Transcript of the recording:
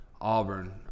Auburn